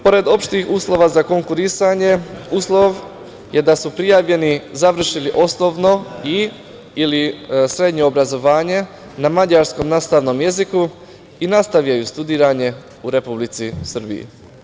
Pored opštih uslova za konkurisanje, uslov je da su prijavljeni završili osnovno ili srednje obrazovanje na mađarskom nastavnom jeziku i nastavljaju studiranje u Republici Srbiji.